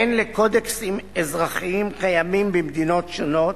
הן לקודקסים אזרחיים קיימים במדינות שונות,